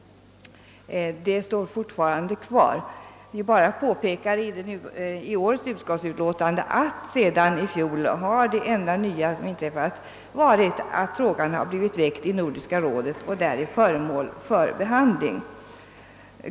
Det står fortfarande kvar. I årets utlåtande påpekar vi bara, att det enda nya som inträffat sedan förra året är att frågan blivit väckt i Nordiska rådet och där är föremål för behandling.